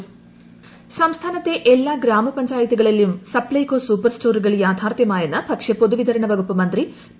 തിലോത്തമൻ സംസ്ഥാനത്തെ എല്ലാ ഗ്രാമ പ്പഞ്ച്ചായത്തുകളിലും സപ്തൈകോ സൂപ്പർ സ്റ്റോറുകൾ യാഥാർത്ഥ്യമായെന്ന് ഭക്ഷ്യ പൊതു വിതരണ വകുപ്പ് മന്ത്രി പി